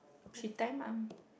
she time lah